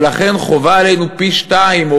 ולכן חובה עלינו פי-שניים,